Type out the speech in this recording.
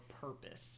purpose